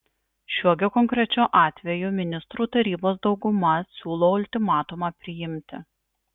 šiuo gi konkrečiu atveju ministrų tarybos dauguma siūlo ultimatumą priimti